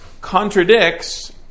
contradicts